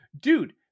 dude